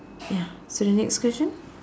ya so the next question